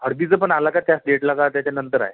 हळदीचं पण आलं का त्याच डेटला का त्याच्या नंतर आहे